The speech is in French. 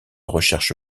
recherche